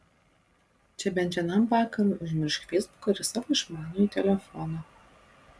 čia bent vienam vakarui užmiršk feisbuką ir savo išmanųjį telefoną